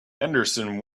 henderson